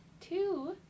two